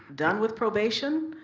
done with probation?